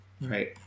Right